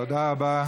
תודה רבה.